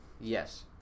Yes